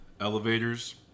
elevators